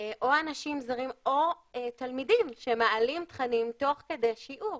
- או אנשים זרים או תלמידים שמעלים תכנים תוך כדי שיעור.